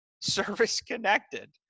service-connected